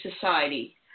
society